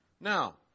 Now